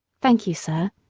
thank you, sir,